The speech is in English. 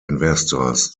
investors